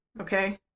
Okay